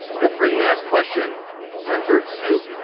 the frequently asked question number two,